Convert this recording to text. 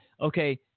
Okay